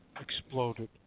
Exploded